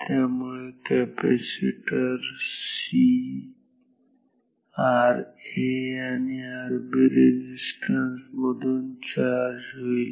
त्यामुळे capacitor C Ra आणि Rb resistance मधून चार्ज होईल